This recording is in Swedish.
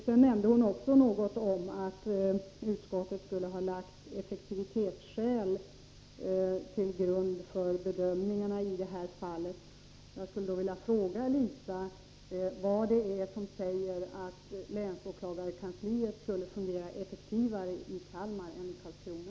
Lisa Mattson nämnde också någonting om att utskottet skulle ha lagt effektivitetsskäl till grund för bedömningarna i det här fallet. Jag skulle då vilja fråga Lisa Mattson vad det är som säger att länsåklagarkansliet skulle fungera effektivare i Kalmar än i Karlskrona.